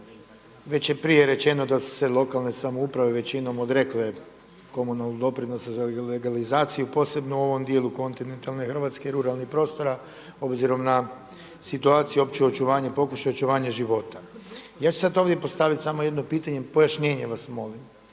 već je prije rečeno da su se lokalne samouprave većinom odrekle komunalnog doprinosa za legalizaciju, posebno u ovom dijelu kontinentalne Hrvatske i ruralnih prostora obzirom na situaciju i opće očuvanje, pokušaj očuvanja života. Ja ću sada ovdje postaviti samo jedno pitanje, pojašnjenje vas molim.